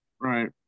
Right